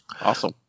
awesome